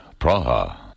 Praha